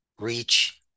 reach